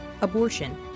abortion